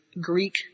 Greek